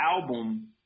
album